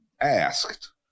asked